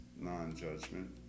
non-judgment